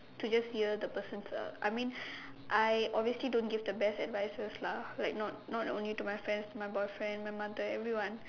to just hear the person's uh I mean I obviously don't give the best advises lah like not not only to my friends my boyfriend my mother everyone